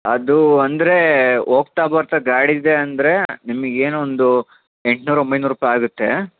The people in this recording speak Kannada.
ಅದು ಅಂದರೆ ಹೋಗ್ತಾ ಬರ್ತಾ ಗಾಡಿ ಇದೆ ಅಂದರೆ ನಿಮಗ್ ಏನು ಒಂದು ಎಂಟುನೂರು ಒಂಬೈನೂರು ರೂಪಾಯಿ ಆಗುತ್ತೆ